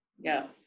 Yes